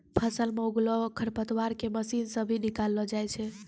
फसल मे उगलो खरपतवार के मशीन से भी निकालो जाय छै